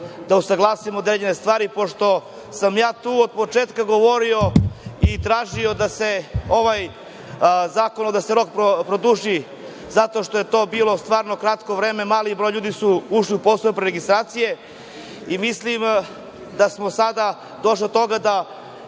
da usaglasimo određene stvari, pošto sam ja tu od početka govorio i tražio da se ovaj zakonski rok produži zato što je to bilo stvarno kratko vreme, mali broj ljudi je ušao u postupak preregistracije i mislim da smo sada došli do toga da